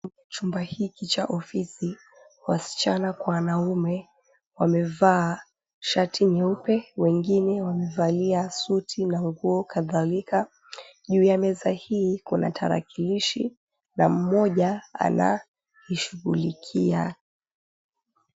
Chumba hiki cha ofisi, wasichana kwa wanaume, wamevaa shati nyeupe, wengine wamevalia suti na nguo kadhalika. Juu ya meza hii kuna tarakilishi na mmoja anaishughulikia.